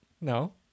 No